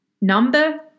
Number